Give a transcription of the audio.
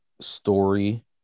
story